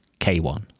K1